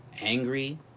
angry